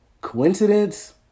Coincidence